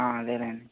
అదేనండి